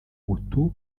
utu